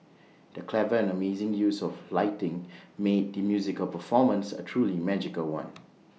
the clever and amazing use of lighting made the musical performance A truly magical one